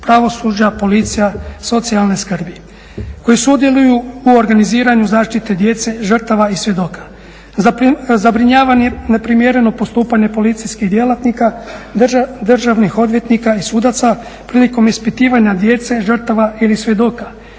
pravosuđa, policije, socijalne skrbi koji sudjeluju u organiziranju zaštite djece žrtava i svjedoka. Zabrinjava neprimjereno postupanje policijskih djelatnika, državnih odvjetnika i sudaca prilikom ispitivanja djece žrtava ili svjedoka,